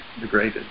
degraded